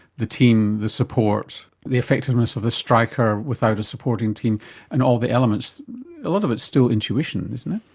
the team, the support, the effectiveness of the striker without a supporting team and all the elements a lot of it's still intuition, isn't it?